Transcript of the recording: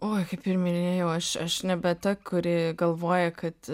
oi kaip ir minėjau aš aš nebe ta kuri galvoja kad